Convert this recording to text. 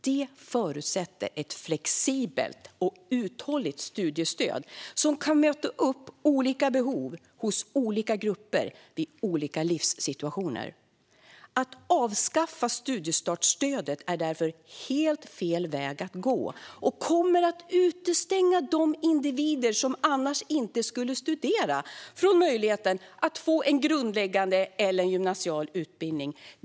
Det förutsätter ett flexibelt och uthålligt studiestöd som kan möta upp olika behov hos olika grupper i olika livssituationer. Att avskaffa studiestartsstödet är därför helt fel väg att gå. Det kommer att utestänga de individer som annars inte skulle studera från möjligheten att få en grundläggande eller gymnasial utbildning.